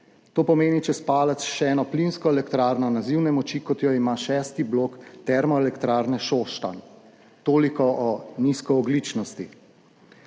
To pomeni čez palec še eno plinsko elektrarno nazivne moči, kot jo ima šesti blok Termoelektrarne Šoštanj. Toliko o nizkoogljičnosti.